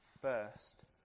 first